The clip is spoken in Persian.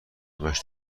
همش